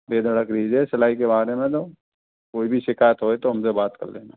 बेधड़क लीजिए सिलाई के बारे में तो कोई भी शिकायत होए तो हमसे बात कर लेना